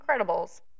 Incredibles